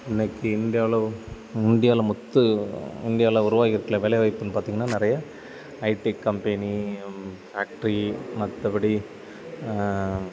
இன்றைக்கி இந்தியாவுல இந்தியாவுல முத்து இந்தியாவுல உருவாகி இருக்குற வேலைவாய்ப்புன்னு பார்த்திங்கன்னா நிறையா ஐடி கம்பெனி ஃபேக்டரி மற்றபடி